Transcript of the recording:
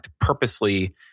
purposely